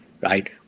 right